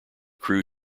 crew